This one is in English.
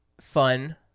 fun